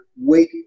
wait